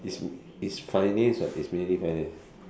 is is finance lah is mainly finance